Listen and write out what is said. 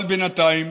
אבל בינתיים,